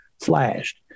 flashed